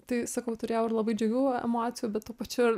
tai sakau turėjau labai džiugių emocijų bet tuo pačiu